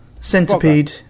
Centipede